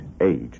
age